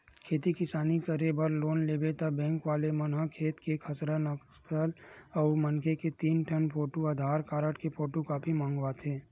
खेती किसानी करे बर लोन लेबे त बेंक वाले मन ह खेत के खसरा, नकल अउ मनखे के तीन ठन फोटू, आधार कारड के फोटूकापी मंगवाथे